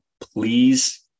Please